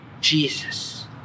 Jesus